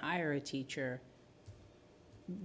hire a teacher